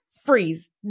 Freeze